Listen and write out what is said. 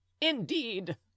Indeed